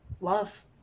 love